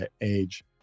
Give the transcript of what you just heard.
age